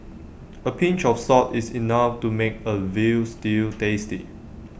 A pinch of salt is enough to make A Veal Stew tasty